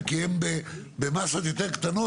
כבוד יושב ראש,